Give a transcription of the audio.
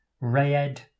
Rayed